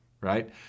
right